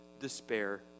despair